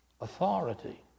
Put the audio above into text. authority